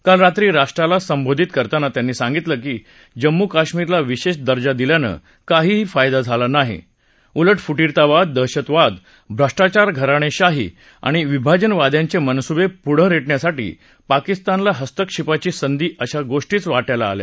काल रात्री राष्ट्राला संबोधित करताना त्यांनी सांगितलं की जम्मू कश्मीरला विशेष दर्जा दिल्यानं काहीही फायदा झाला नाही उलट फुटीरवाद दहशतवाद भ्रष्टाचार घराणेशाही आणि विभाजनवाद्यांचे मनसुवे पुढं रेटण्यासाठी पाकिस्तानला हस्तक्षेपाची संधी अशा गोष्टीच वाटयाला आल्या